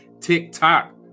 TikTok